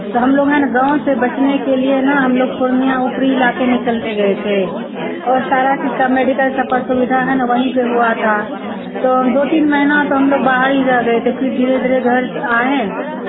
तो हम लोग है न गाँव से बचने के लिए न हम लोग पूर्णियाँ ऊपरी इलाके में चले गए थे और सारा चीज का मेडिकल सबका सुविधा है न वहीं पे हुआ था तो दो तीन महीना तो हम लोग बाहर ही रह गए थे फिर धीरे धीरे घर आए